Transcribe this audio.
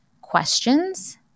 questions